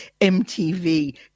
MTV